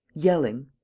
yelling,